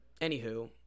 anywho